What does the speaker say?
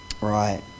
Right